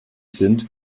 sind